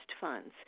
funds